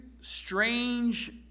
strange